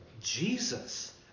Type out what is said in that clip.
Jesus